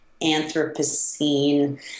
Anthropocene